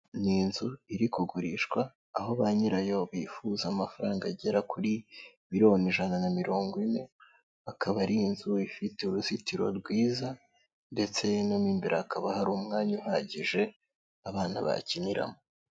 Ni inzu iri kugurishwa aho ba nyirayo bifuza amafaranga agera kuri miliyoni ijana na mirongo ine, akaba ari inzu ifite uruzitiro rwiza ndetse no mo imbere hakaba hari umwanya uhagije abana bakiniramo.